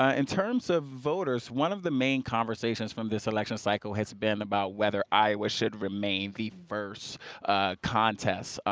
ah in terms of voters one of the main conversations from this election cycle has been about whether iowa should remain the first contents.